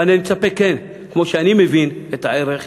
אבל אני כן מצפה, כמו שאני מבין את הערך,